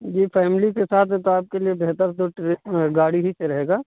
جی family کے ساتھ ہیں تو آپ کے لیے بہتر تو ٹرین گاڑی ہی سے رہے گا